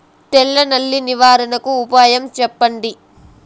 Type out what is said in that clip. తెల్ల నల్లి నివారణకు ఉపాయం చెప్పండి?